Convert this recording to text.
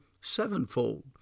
sevenfold